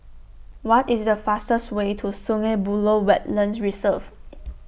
What IS The fastest Way to Sungei Buloh Wetland Reserve